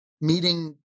meeting